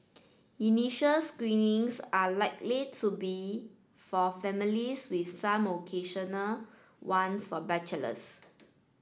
initial screenings are likely to be for families with some occasional ones for bachelors